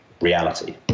reality